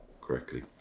correctly